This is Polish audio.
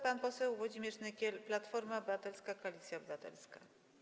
Pan poseł Włodzimierz Nykiel, Platforma Obywatelska - Koalicja Obywatelska.